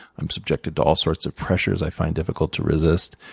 i'm subjected to all sorts of pressures i find difficult to resist.